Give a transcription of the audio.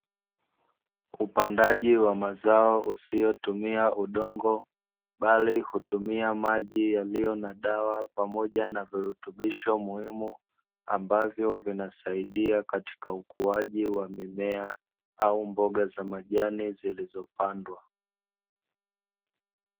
Upandaji wa mazao usiotumia udongo, bali hutumia maji yaliyo na dawa pamoja na virutubisho muhimu, ambavyo vinasaidia katika ukuaji wa mimea au mboga za majani zilizopandwa.